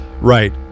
right